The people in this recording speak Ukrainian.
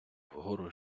вгору